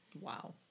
Wow